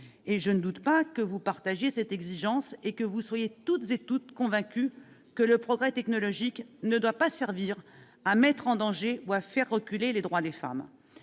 les sénateurs, que vous partagiez cette exigence, et que vous soyez, toutes et tous, convaincus que le progrès technologique ne doit pas servir à mettre en danger ou à faire reculer les droits des femmes.